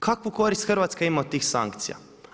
Kakvu koristi Hrvatska ima od tih sankcija?